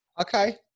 okay